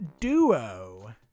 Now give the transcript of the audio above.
duo